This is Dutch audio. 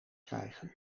krijgen